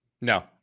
No